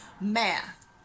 math